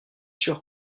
sûr